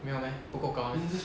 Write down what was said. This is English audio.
没有 meh 不够高